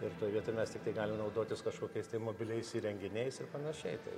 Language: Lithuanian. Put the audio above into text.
ir toj vietoj mes tiktai galim naudotis kažkokiais tai mobiliais įrenginiais ir panašiai tai